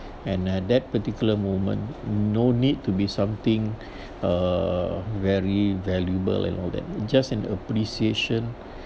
and uh that particular moment no need to be something uh very valuable and all that just an appreciation